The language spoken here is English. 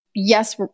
Yes